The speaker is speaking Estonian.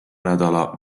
nädala